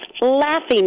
laughing